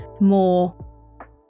more